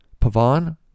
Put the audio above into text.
Pavan